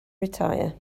retire